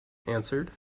answered